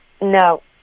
no